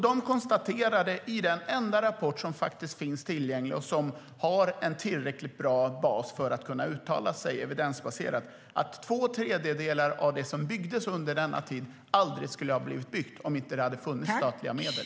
De konstaterade, i den enda rapport som faktiskt finns tillgänglig och som har en tillräckligt bra och evidensbaserad bas för att man ska kunna uttala sig, att två tredjedelar av det som byggdes under denna tid aldrig skulle ha blivit byggt om det inte hade funnits statliga medel.